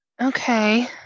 Okay